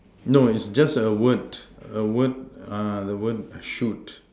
no it's just a word a word the word the word shoot